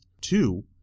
two